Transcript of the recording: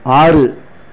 ஆறு